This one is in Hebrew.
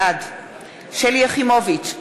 בעד שלי יחימוביץ,